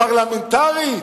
פרלמנטרית,